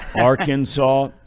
Arkansas